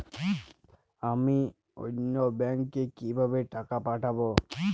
আমি অন্য ব্যাংকে কিভাবে টাকা পাঠাব?